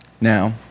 Now